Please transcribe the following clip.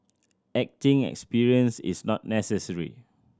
acting experience is not necessary